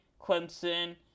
Clemson